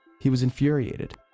he was infuriated,